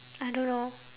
I don't know